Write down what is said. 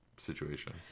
situation